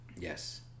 Yes